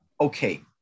okay